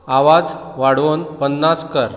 आवाज वाडोवन पन्नास कर